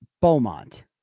Beaumont